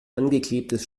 angeklebtes